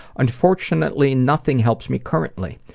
unfortunately, nothing helps me currently.